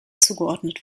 zugeordnet